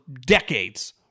decades